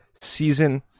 season